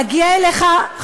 הוא יגיע אליך,